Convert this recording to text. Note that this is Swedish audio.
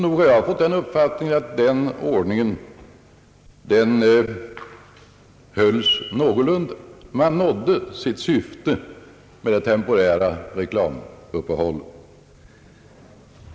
Nog har jag fått den uppfattningen, att den uppgörelsen hölls någorlunda och att man nådde syftet med ett temporärt reklamuppehåll.